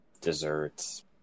desserts